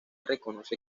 reconoce